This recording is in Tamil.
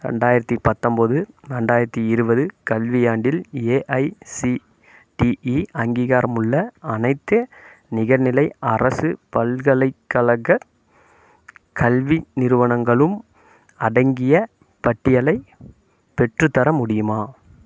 ரெண்டாயிரத்தி பத்தொம்போது ரெண்டாயிரத்தி இருபது கல்வியாண்டில் ஏஐசிடிஇ அங்கீகாரமுள்ள அனைத்து நிகர்நிலை அரசு பல்கலைக்கழக கல்வி நிறுவனங்களும் அடங்கிய பட்டியலை பெற்றுத்தர முடியுமா